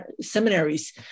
seminaries